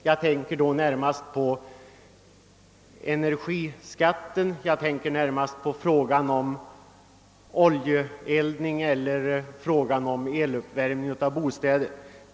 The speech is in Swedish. Jag tänker då närmast på energiskatten och på frågan om oljeeldning eller eluppvärmning av bostäder.